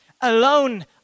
alone